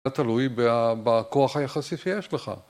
זה תלוי בכוח היחסי שיש לך.